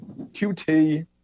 QT